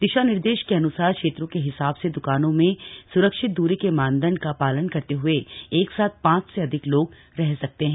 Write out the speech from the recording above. दिशा निर्देश के अनुसार क्षेत्रों के हिसाब से दुकानों में सुरक्षित दूरी के मानदंड का पालन करते हुए एक साथ पांच से अधिक लोग रह सकते हैं